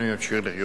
ימשיכו לחיות.